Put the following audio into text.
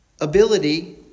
ability